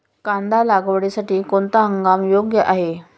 कांदा लागवडीसाठी कोणता हंगाम योग्य आहे?